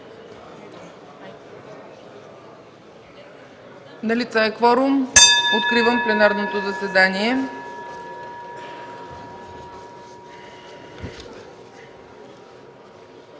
Налице е кворум. Откривам пленарното заседание.